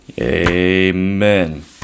Amen